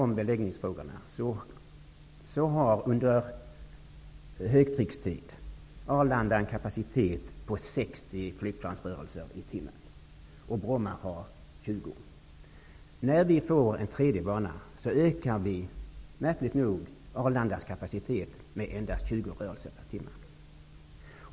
Under högtryckstid har Arlanda en kapacitet på 60 flygplansrörelser i timmen. Motsvarande siffra för Bromma är 20. När Arlanda får en tredje bana ökar kapaciteten märkligt nog endast med 20 rörelser per timme.